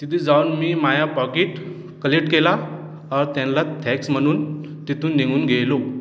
तिथे जाऊन मी माझं पाकीट कलेक्ट केलं और त्यांना थँक्स म्हणून तिथून निघून गेलो